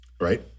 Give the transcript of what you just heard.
right